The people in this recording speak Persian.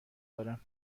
دارم